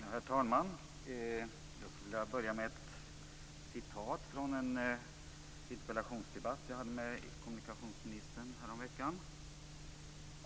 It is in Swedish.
Herr talman! Jag skulle vilja börja med ett citat från en interpellationsdebatt som jag hade med kommunikationsministern häromveckan.